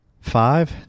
Five